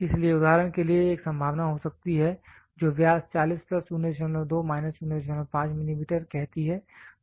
इसलिए उदाहरण के लिए एक संभावना हो सकती है जो व्यास 40 प्लस 02 माइनस 05 मिलीमीटर कहती है